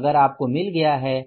अगर आपको मिल गया है